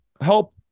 help